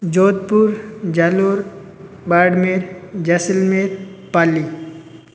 Jodhpur Jalore Barmer Jaisalmer Pali